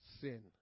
sin